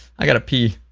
i gotta pee.